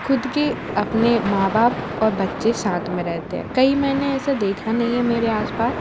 ख़ुद के अपने माँ बाप और बच्चे साथ में रहते है कई मैंने ऐसे देखा नहीं है मेरे आस पास